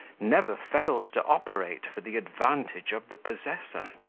never fails to operate for the advantage of the possessor.